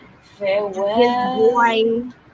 Farewell